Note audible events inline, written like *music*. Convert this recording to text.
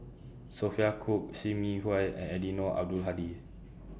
*noise* Sophia Cooke SIM Yi Hui and Eddino Abdul *noise* Hadi